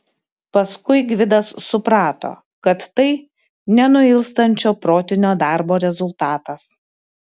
paskui gvidas suprato kad tai nenuilstančio protinio darbo rezultatas